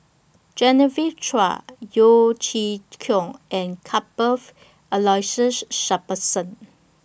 Genevieve Chua Yeo Chee Kiong and Cuthbert's Aloysius Shepherdson